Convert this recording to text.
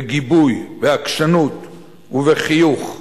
בגיבוי, בעקשנות ובחיוך,